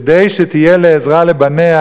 כדי שתהיה לעזרה לבניה.